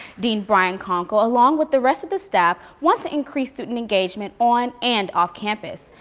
dean brian konkol, along with the rest of the staff want to increase student engagement on and off campus.